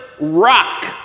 rock